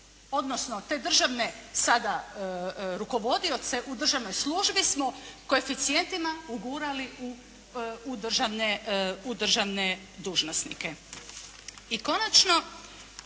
odnosno te državne sada rukovodioce u državnoj službi smo koeficijentima ugurali u državne dužnosnike. I konačno,